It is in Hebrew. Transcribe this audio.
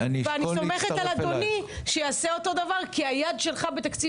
ואני סומכת על אדוני שיעשה אותו דבר כי היד שלך בתקציב